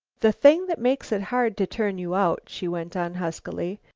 the thing that makes it hard to turn you out, she went on huskily,